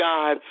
God